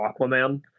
Aquaman